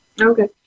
Okay